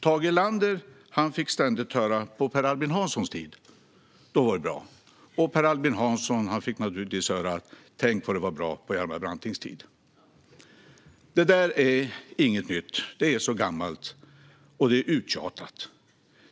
Tage Erlander fick ständigt höra: På Per Albin Hanssons tid var det bra. Och Per Albin Hansson fick naturligtvis höra: Tänk vad det var bra på Hjalmar Brantings tid! Det där är inget nytt; det är gammalt och uttjatat.